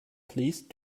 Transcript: please